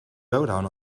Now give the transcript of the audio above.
lowdown